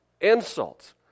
insults